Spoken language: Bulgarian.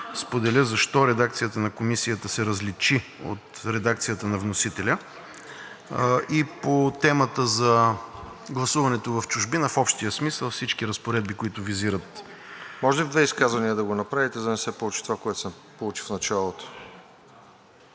споделя защо редакцията на Комисията се различи от редакцията на вносителя по темата за гласуването в чужбина. В общия смисъл всички разпоредби, които визират. ПРЕДСЕДАТЕЛ РОСЕН ЖЕЛЯЗКОВ: Може ли в две изказвания да го направите, за да не се получи това, което се получи в началото?